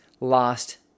lost